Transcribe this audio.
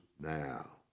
now